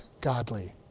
godly